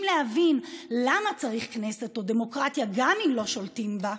להבין למה צריך כנסת או דמוקרטיה גם אם לא שולטים בה,